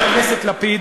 חבר הכנסת לפיד,